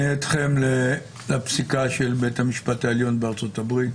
מפנה אתכם לפסיקה של בית המשפט העליון בארצות הברית.